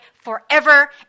forever